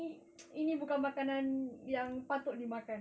ini bukan makanan yang patut di makan